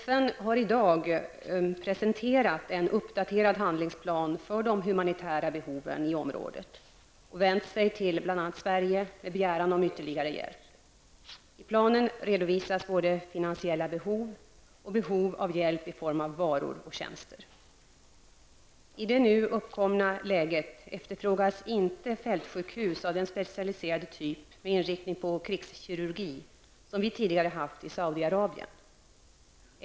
FN har i dag presenterat en uppdaterad handlingsplan för de humanitära behoven i området och vänt sig till bl.a. Sverige med begäran om ytterligare hjälp. I planen redovisas både finansiella behov och behov av hjälp i form av varor och tjänster. I det nu uppkomna läget efterfrågas inte fältsjukhus av den specialiserade typ, med inriktning på krigskirurgi, som vi tidigare haft i Saudiarabien.